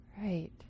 right